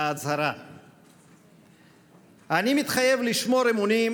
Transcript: אזרחי ישראל תובעים מאיתנו שלא נשחית את זמננו,